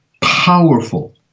powerful